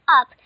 up